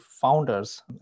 founders